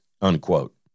unquote